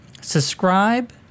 Subscribe